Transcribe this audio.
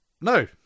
No